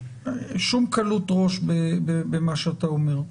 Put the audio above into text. שום קלות ראש במה שאתה אומר.